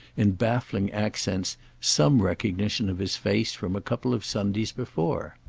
in baffling accents, some recognition of his face from a couple of sundays before.